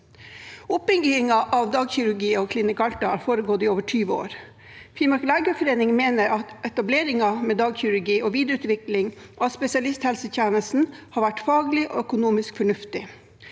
Oppbyggingen av dagkirurgi og Klinikk Alta har foregått i over 20 år. Finnmark legeforening mener at etableringen med dagkirurgi og videreutvikling av spesialisthelsetjenesten har vært faglig og økonomisk fornuftig.